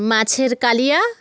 মাছের কালিয়া